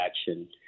action